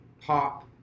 Pop